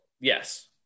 Yes